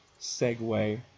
segue